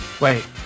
Wait